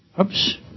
Oops